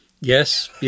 Yes